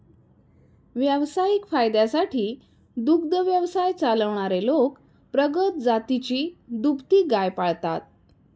व्यावसायिक फायद्यासाठी दुग्ध व्यवसाय चालवणारे लोक प्रगत जातीची दुभती गाय पाळतात